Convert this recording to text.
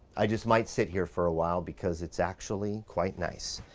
i just might sit here for awhile because it's actually quite nice.